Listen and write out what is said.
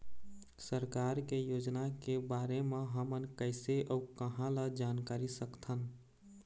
सरकार के योजना के बारे म हमन कैसे अऊ कहां ल जानकारी सकथन?